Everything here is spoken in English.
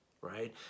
right